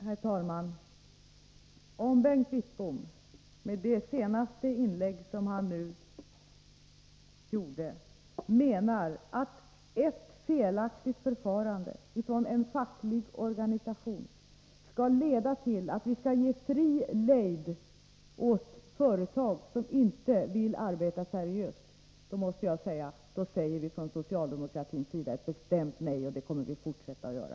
Herr talman! Om Bengt Wittbom med sitt senaste inlägg menar att ett felaktigt förfarande från en facklig organisation skall leda till att vi skall ge fri lejd åt företag som inte vill arbeta seriöst, säger vi från socialdemokratins sida ett bestämt nej, och det kommer vi att fortsätta att göra.